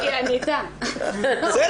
אני